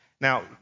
Now